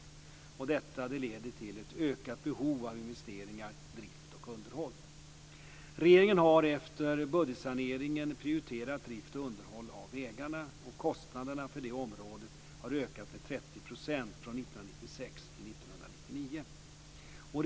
Detta leder till ett ökat behov av investeringar, drift och underhåll. Regeringen har efter budgetsaneringen prioriterat drift och underhåll av vägarna. Kostnaderna för det området har ökat med 30 % från 1996 till 1999.